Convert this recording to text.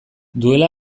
duela